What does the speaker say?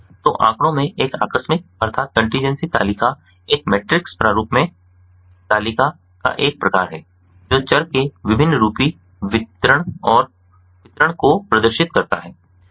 तो आंकड़ों में एक आकस्मिक तालिका एक मैट्रिक्स प्रारूप में तालिका का एक प्रकार है जो चर के बहुभिन्नरूपी वितरण को प्रदर्शित करता है